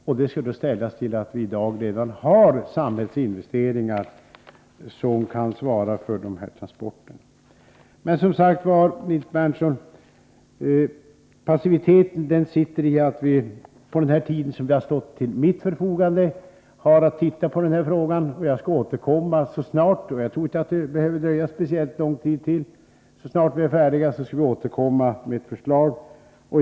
Detta skall ställas mot att vi redan i dag har samhällsinvesteringar som kan svara för de här transporterna. Passiviteten, Nils Berndtson, ligger som sagt var i att vi på den tid som står till vårt förfogande har att se på den här frågan. Vi skall återkomma med ett förslag så snart vi är färdiga, och jag tror inte att det behöver dröja så länge.